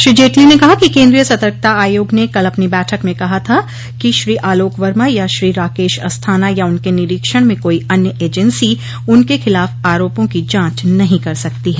श्री जेटली ने कहा कि केन्द्रीय सतर्कता आयोग ने कल अपनी बैठक में कहा था कि श्रो आलोक वर्मा या श्री राकेश अस्थाना या उनके निरीक्षण में कोइ अन्य एजेंसी उनके खिलाफ आरोपों की जांच नहीं कर सकती है